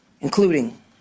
including